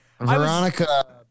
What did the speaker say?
Veronica